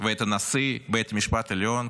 ואת נשיא בית המשפט העליון,